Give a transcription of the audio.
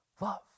love